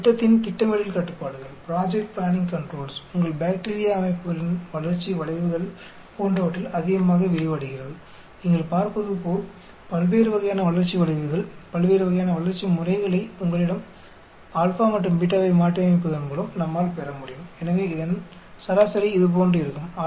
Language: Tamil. இது திட்டத்தின் திட்டமிடல் கட்டுப்பாடுகள் உங்கள் பாக்டீரியா அமைப்புகளின் வளர்ச்சி வளைவுகள் போன்றவற்றில் அதிகமாக விரிவடைகிறது நீங்கள் பார்ப்பதுபோல் பல்வேறு வகையான வளர்ச்சி வளைவுகள் பல்வேறு வகையான வளர்ச்சி முறைகளை உங்கள் α மற்றும் β ஐ மாற்றியமைப்பதன் மூலம் நம்மால் பெற முடியும் எனவே இதன் சராசரி இதுபோன்று இருக்கும்